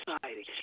society